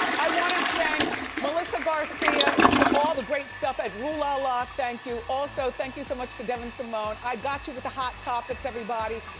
i wanna thank melissa garcia for all the great stuff at rue la la, thank you. also, thank you so much to devin simone, i got you with the hot topics everybody.